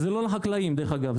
וזה לא לחקלאים דרך אגב,